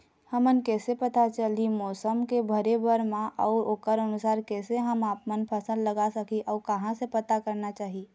हमन कैसे पता चलही मौसम के भरे बर मा अउ ओकर अनुसार कैसे हम आपमन फसल लगा सकही अउ कहां से पता करना चाही?